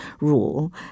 rule